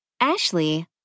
Ashley